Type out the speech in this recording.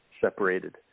Separated